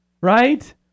right